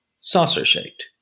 saucer-shaped